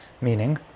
Meaning